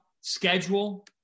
schedule